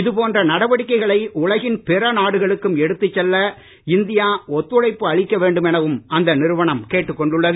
இதுபோன்ற நடவடிக்கைகளை உலகின் பிற நாடுகளுக்கும் எடுத்துச் செல்ல இந்தியா ஒத்துழைப்பு அளிக்க வேண்டும் எனவும் அந்த நிறுவனம் கேட்டுக் கொண்டுள்ளது